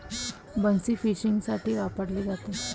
बन्सी फिशिंगसाठी वापरली जाते